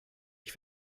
ich